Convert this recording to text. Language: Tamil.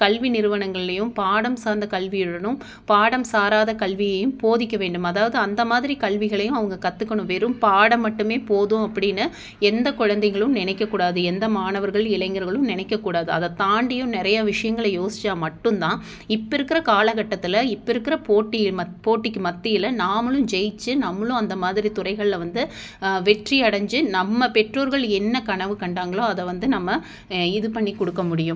கல்வி நிறுவனங்கள்லேயும் பாடம் சார்ந்த கல்வியுடனும் பாடம் சாராத கல்வியையும் போதிக்க வேண்டும் அதாவது அந்த மாதிரி கல்விகளையும் அவங்க கற்றுக்கணும் வெறும் பாடம் மட்டுமே போதும் அப்படின்னு எந்த குழந்தைகளும் நினைக்கக்கூடாது எந்த மாணவர்கள் இளைஞர்களும் நினைக்கக்கூடாது அதை தாண்டியும் நிறையா விஷயங்கள யோசித்தா மட்டுந்தான் இப்போ இருக்கிற காலக்கட்டத்தில் இப்போ இருக்கிற போட்டியின் மத் போட்டிக்கு மத்தியில் நாம்மளும் ஜெயித்து நம்மளும் அந்த மாதிரி துறைகளில் வந்து வெற்றி அடைஞ்சி நம்ம பெற்றோர்கள் என்ன கனவு கண்டாங்களோ அதை வந்து நம்ம இது பண்ணி கொடுக்க முடியும்